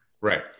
Right